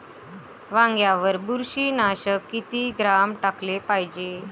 वांग्यावर बुरशी नाशक किती ग्राम टाकाले पायजे?